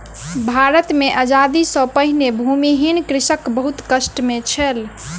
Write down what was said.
भारत मे आजादी सॅ पहिने भूमिहीन कृषक बहुत कष्ट मे छल